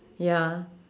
ya